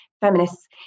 feminists